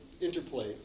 interplay